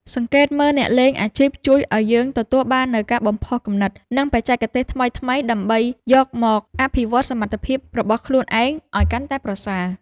សង្កេតមើលអ្នកលេងអាជីពជួយឱ្យយើងទទួលបាននូវការបំផុសគំនិត និងបច្ចេកទេសថ្មីៗដើម្បីយកមកអភិវឌ្ឍសមត្ថភាពរបស់ខ្លួនឯងឱ្យកាន់តែប្រសើរ។